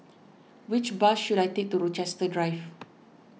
which bus should I take to Rochester Drive